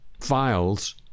files